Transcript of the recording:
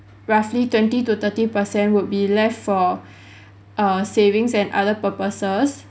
roughly twenty to thirty percent would be left for err savings and other purposes